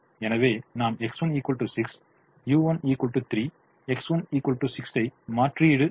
எனவே நாம் X1 6 u1 3 X1 6 ஐ மாற்றுயீடு செய்தால் இங்கே u2 0